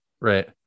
right